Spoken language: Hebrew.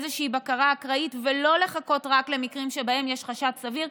איזושהי בקרה אקראית ולא לחכות רק למקרים שבהם יש חשד סביר.